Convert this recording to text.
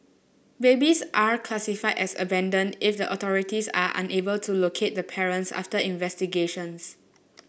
babies are classified as abandon if the authorities are unable to locate the parents after investigations